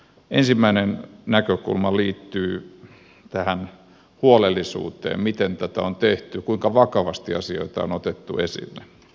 ensimmäinen näkökulma liittyy tähän huolellisuuteen miten tätä on tehty kuinka vakavasti asioita on otettu esille